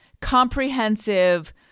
comprehensive